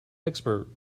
expert